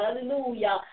Hallelujah